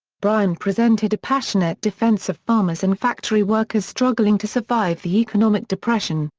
bryan presented a passionate defense of farmers and factory workers struggling to survive the economic depression,